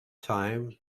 time